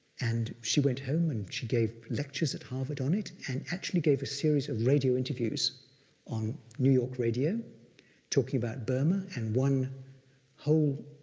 and she went home and she gave lectures at harvard on it. and actually gave series of radio interviews on new york radio talking about burma, and one whole